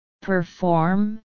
perform